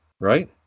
right